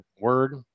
word